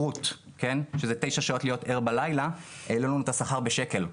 9 מהן מעונות ממשלתיים ו-61 מסגרות שהן מסגרות מופרטות לחלוטין.